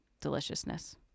deliciousness